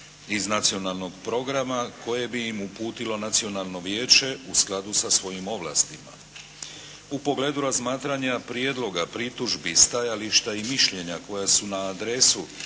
iz nacionalnog programa koje bi im uputilo Nacionalno vijeće u skladu sa svojim ovlastima. U pogledu razmatranja prijedloga, pritužbi, stajališta i mišljenja koja su na adresu